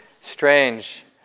strange